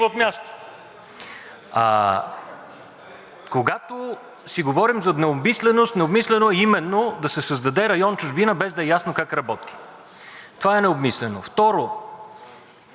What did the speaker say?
от място. Когато си говорим за необмисленост, необмислено е именно да се създаде район „Чужбина“, без да е ясно как работи – това е необмислено. Второ,